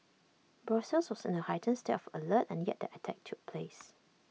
Brussels was in A heightened state of alert and yet the attack took place